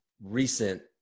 recent